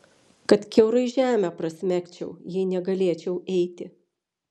kad kiaurai žemę prasmegčiau jei negalėčiau eiti